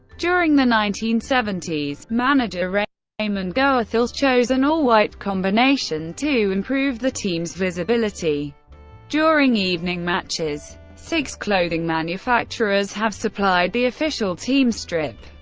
during the nineteen seventy s, manager raymond goethals chose an all-white combination to improve the team's visibility during evening matches. six clothing manufacturers have supplied the official team strip.